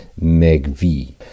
MegV